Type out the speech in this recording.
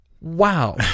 wow